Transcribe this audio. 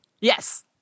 Yes